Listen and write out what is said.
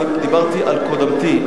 אני דיברתי על קודמתי,